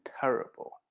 terrible